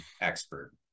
expert